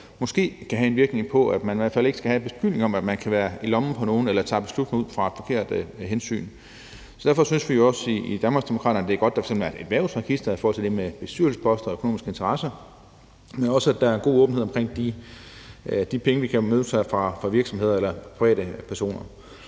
måske kan have en virkning, i forhold til at man i hvert fald ikke skal få beskyldninger om, at man kan være i lommen på nogen eller tager beslutninger ud fra forkerte hensyn. Derfor synes vi også i Danmarksdemokraterne, at det er godt, at der f.eks. er et erhvervsregister i forhold til det med bestyrelsesposter og økonomiske interesser, men også, at der er god åbenhed omkring de penge, vi kan modtage fra virksomheder eller private personer.